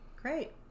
great